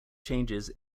changes